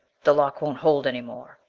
the lock won't hold any more.